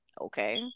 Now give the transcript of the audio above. okay